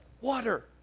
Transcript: water